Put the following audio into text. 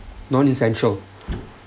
non essential